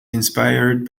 inspired